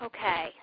Okay